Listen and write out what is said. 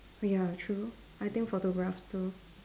ya true I think photograph too